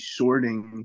shorting